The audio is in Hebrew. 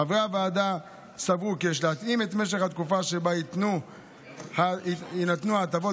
חברי הוועדה סברו כי יש להתאים את משך התקופה שבה יינתנו ההטבות